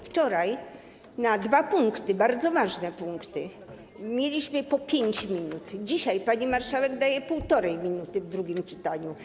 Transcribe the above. Wczoraj na dwa punkty, bardzo ważne punkty, mieliśmy po 5 minut, dzisiaj pani marszałek daje 1,5 minuty w drugim czytaniu.